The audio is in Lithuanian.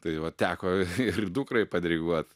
tai va teko ir dukrai padiriguot